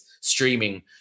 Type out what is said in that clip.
streaming